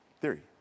theory